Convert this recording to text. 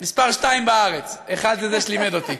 מספר שתיים בארץ, מספר אחת זה זה שלימד אותי.